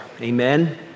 Amen